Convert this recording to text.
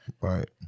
Right